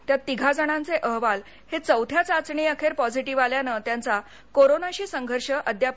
त्यात तिघा जणांचे अहवाल हे चौथ्या चाचणी अखेर पॉझिटीव्ह आल्यानं त्यांचा कोरोनाशी संघर्ष अद्यापही सु्रू आहेत